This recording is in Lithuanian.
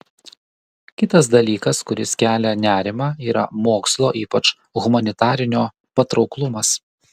kitas dalykas kuris kelia nerimą yra mokslo ypač humanitarinio patrauklumas